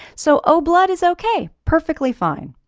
so o blood is okay, perfectly fine.